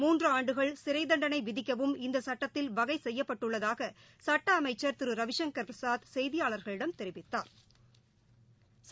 மூன்று ஆண்டுகள் சிறை தண்டனை விதிக்கவும் இந்த சுட்டத்தில் வகை செய்யப்பட்டுள்ளதாக சட்டஅமைச்சா் திரு ரவிசுங்கா் பிரசாத் செய்தியாளா்களிடம் தெரிவித்தாா்